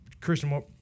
Christian